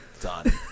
done